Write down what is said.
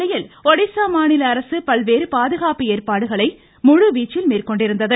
இந்நிலையில் ஒடிசா மாநில அரசு பல்வேறு பாதுகாப்பு ஏற்பாடுகளை முழு வீச்சில் மேற்கொண்டிருந்தது